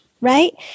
right